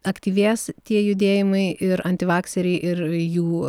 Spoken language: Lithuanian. aktyvės tie judėjimai ir antivakseriai ir jų